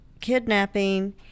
kidnapping